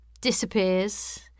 disappears